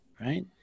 right